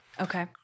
Okay